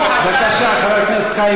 חבר הכנסת חיים